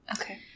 Okay